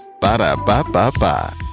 Ba-da-ba-ba-ba